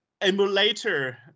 emulator